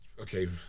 Okay